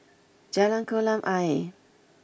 Jalan Kolam Ayer